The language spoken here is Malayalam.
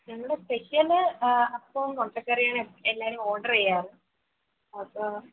ഞങ്ങളുടെ സ്പെഷ്യല് അപ്പവും മുട്ടക്കറിയുമാണ് എല്ലാവരും ഓർഡർ ചെയ്യാറ് അപ്പോൾ